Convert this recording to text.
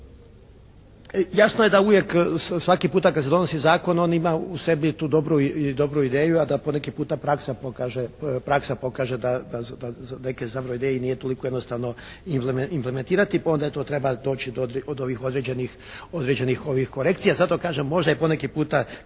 Jasno je da uvijek, svaki puta kada se donosi zakon on ima u sebi tu dobru ideju, a da poneki puta praksa pokaže da neke zapravo ideje nije toliko jednostavno implementirati pa onda tu treba doći do ovih određenih ovih korekcija. Zato kažem, možda i po neki puta